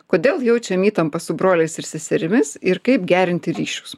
kodėl jaučiame įtampą su broliais ir seserimis ir kaip gerinti ryšius